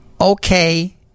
okay